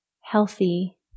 healthy